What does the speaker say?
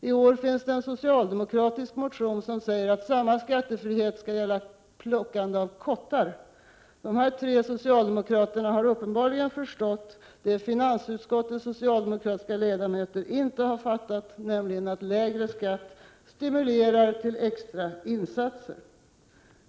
I år finns det en socialdemokratisk motion som säger att samma skattefrihet skall gälla plockande av kottar. De tre socialdemokrater som står bakom den motionen har uppenbarligen förstått det finansutskottets socialdemokratiska ledamöter inte har fattat, nämligen att lägre skatt stimulerar till extra insatser.